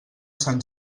sant